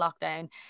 lockdown